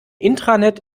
intranet